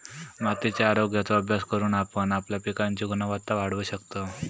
मातीच्या आरोग्याचो अभ्यास करून आपण आपल्या पिकांची गुणवत्ता वाढवू शकतव